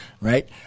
right